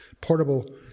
portable